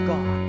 God